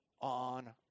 on